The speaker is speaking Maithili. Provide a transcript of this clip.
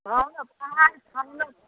हँ पहाड़